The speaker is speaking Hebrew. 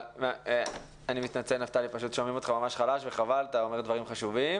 שהם שווי ערך לתקציבים,